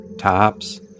tops